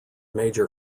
major